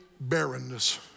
barrenness